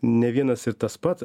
ne vienas ir tas pats